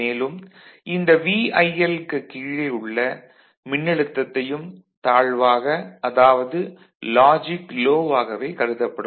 மேலும் இந்த VILக்கு கீழே உள்ள மின்னழுத்தத்தையும் தாழ்வாக அதாவது லாஜிக் லோ வாகவே கருதப்படும்